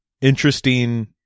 interesting